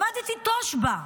למדתי תושב"ע.